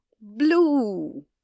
blue